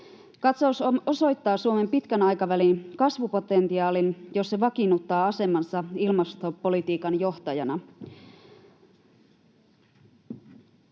Katsaus osoittaa Suomen pitkän aikavälin kasvupotentiaalin, jos se vakiinnuttaa asemansa ilmastopolitiikan johtajana.